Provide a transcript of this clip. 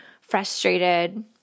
frustrated